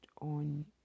on